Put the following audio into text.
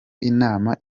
nama